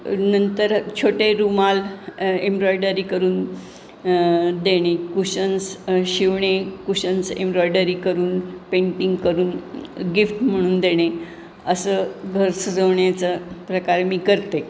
रु नंतर छोटे रुमाल एम्ब्रॉयडरी करून देणे कुशन्स शिवणे कुशन्स एम्ब्रॉयडरी करून पेंटिंग करून गिफ्ट म्हणून देणे असं घर सजवण्याचं प्रकार मी करते